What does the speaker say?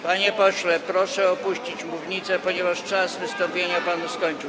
Panie pośle, proszę opuścić mównicę, ponieważ czas pana wystąpienia się skończył.